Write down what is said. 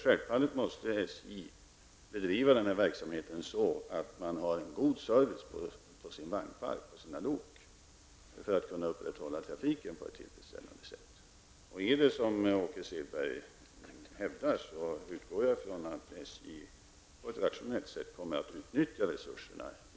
Självfallet måste SJ, för att kunna upprätthålla trafiken på ett tillfredsställande sätt, bedriva verksamheten så att man har en god service på sin vagnpark och sina lok. Om det som Åke Selberg hävdar är riktigt, utgår jag från att SJ på ett rationellt sätt kommer att utnyttja resurserna i